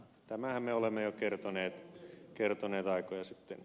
tämänhän me olemme jo kertoneet aikoja sitten